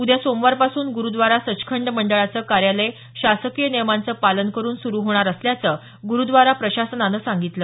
उद्या सोमवारपासून ग्रुद्वारा सचखंड मंडळाचं कार्यालय शासकीय नियमांचं पालन करून सुरू होणार असल्याचं गुरुद्वारा प्रशासनानं सांगितलं